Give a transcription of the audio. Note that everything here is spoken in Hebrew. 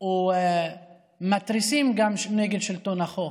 או מתריסים נגד שלטון החוק.